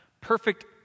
perfect